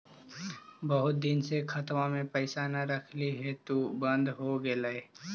बहुत दिन से खतबा में पैसा न रखली हेतू बन्द हो गेलैय?